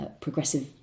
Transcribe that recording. progressive